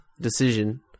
decision